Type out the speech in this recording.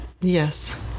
yes